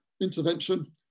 intervention